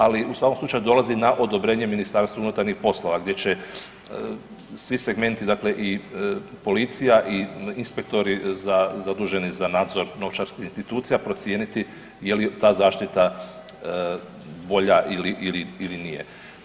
Ali u svakom slučaju dolazi na odobrenje Ministarstvu unutarnjih poslova gdje će svi segmenti dakle i policija, i inspektori zaduženi za nadzor novčarskih institucija procijeniti je li ta zaštita bolja ili nije.